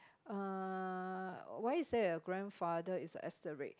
uh why is there a grandfather is asterisk